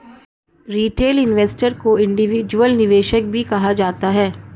retail investor को individual निवेशक भी कहा जाता है